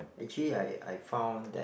actually I I found that